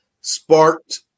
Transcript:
sparked